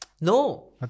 No